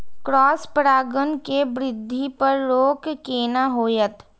Cross परागण के वृद्धि पर रोक केना होयत?